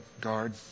guard